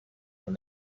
when